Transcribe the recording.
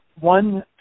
one